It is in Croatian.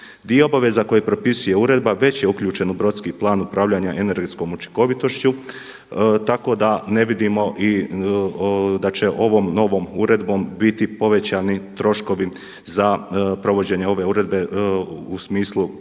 Dio obaveza koje propisuje uredba već je uključen u brodski plan upravljanja energetskom učinkovitošću, tako da ne vidimo i da će ovom novom uredbom biti povećani troškovi za provođenje ove uredbe u smislu novih